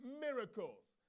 miracles